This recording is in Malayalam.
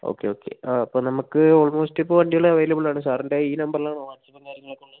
ഓക്കെ ഓക്കെ ആ അപ്പം നമുക്ക് ഓൾമോസ്റ്റ് ഇപ്പോൾ വണ്ടികൾ അവൈലബിൾ ആണ് സാറിൻ്റെ ഈ നമ്പറിൽ ആണോ വാട്ട്സ്ആപ്പും കാര്യങ്ങളൊക്കെ ഉള്ളത്